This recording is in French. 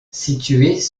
situés